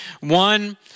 One